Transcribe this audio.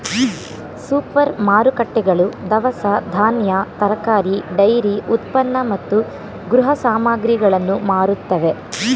super ಮಾರುಕಟ್ಟೆಗಳು ದವಸ ಧಾನ್ಯ, ತರಕಾರಿ, ಡೈರಿ ಉತ್ಪನ್ನ ಮತ್ತು ಗೃಹ ಸಾಮಗ್ರಿಗಳನ್ನು ಮಾರುತ್ತವೆ